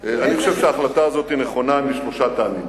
אני חושב שההחלטה הזאת נכונה משלושה טעמים.